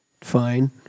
fine